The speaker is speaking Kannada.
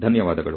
ಧನ್ಯವಾದಗಳು